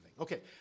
Okay